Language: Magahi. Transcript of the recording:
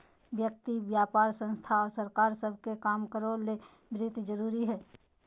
व्यक्ति व्यापार संस्थान और सरकार सब के काम करो ले वित्त जरूरी हइ